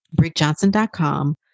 BrickJohnson.com